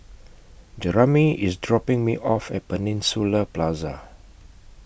Jeramie IS dropping Me off At Peninsula Plaza